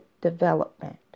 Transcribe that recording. development